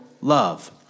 love